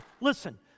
listen